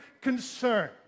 concern